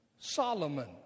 Solomon